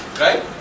right